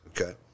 Okay